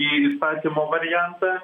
įstatymo variantą